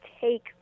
take